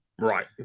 Right